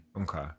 Okay